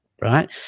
right